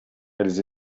elles